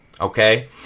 Okay